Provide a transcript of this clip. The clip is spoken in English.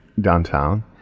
downtown